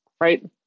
right